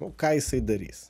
nu ką jisai darys